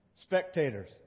spectators